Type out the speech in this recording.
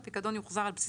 ראיתם את זה?